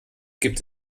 gibt